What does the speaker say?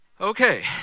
Okay